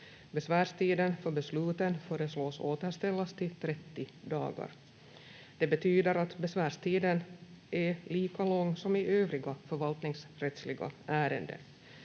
Besvärstiden för besluten föreslås återställas till 30 dagar. Det betyder att besvärstiden är lika lång som i övriga förvaltningsrättsliga ärenden.